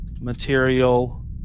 material